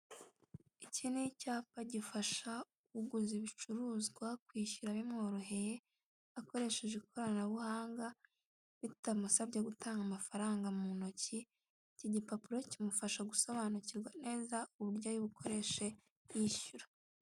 Iki ni icyapa gifasha uguze ibicuruzwa, kwishyura bimworoheye, akoresheje ikoranabuhanga, bitamusabye gutanga amafaranga mu ntoki, iki gipapuro kimufaha gusobanukirwa neza uburyo ari bukoreshe yishyura.